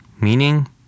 meaning